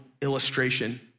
illustration